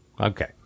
Okay